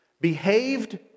Behaved